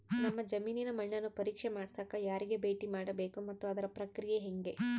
ನಮ್ಮ ಜಮೇನಿನ ಮಣ್ಣನ್ನು ಪರೇಕ್ಷೆ ಮಾಡ್ಸಕ ಯಾರಿಗೆ ಭೇಟಿ ಮಾಡಬೇಕು ಮತ್ತು ಅದರ ಪ್ರಕ್ರಿಯೆ ಹೆಂಗೆ?